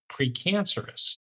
precancerous